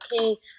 okay